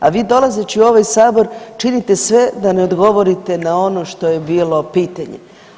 A vi dolazeći u ovaj sabor činite sve da ne odgovorite na ono što je bilo pitanje.